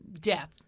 death